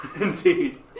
indeed